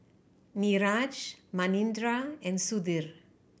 Niraj Manindra and Sudhir